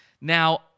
Now